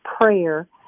prayer